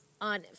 on